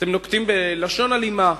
אתם נוקטים לשון אלימה,